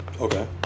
Okay